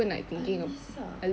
elisa